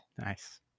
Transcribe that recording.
Nice